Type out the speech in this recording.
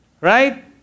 Right